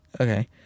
okay